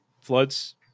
floods